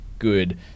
good